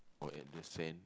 or at the sand